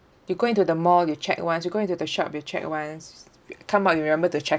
you go into the mall you check once you go into the shop you check once come out you remember to check